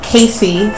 Casey